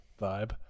vibe